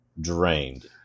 drained